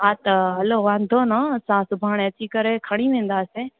हा त हलो वांदो न असां सुभाणे अची करे खणी वेंदासीं